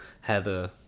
Heather